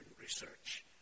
Research